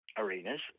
arenas